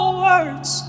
words